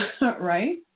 right